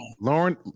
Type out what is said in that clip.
Lauren